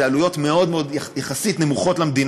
זה עלויות מאוד מאוד נמוכות יחסית למדינה,